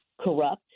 corrupt